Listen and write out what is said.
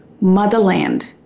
Motherland